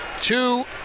Two